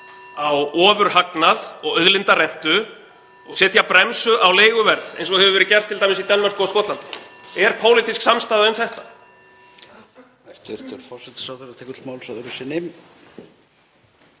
á ofurhagnað og auðlindarentu og setja bremsu á leiguverð eins og hefur t.d. verið gert í Danmörku og Skotlandi? Er pólitísk samstaða um þetta?